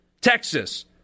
Texas